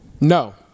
No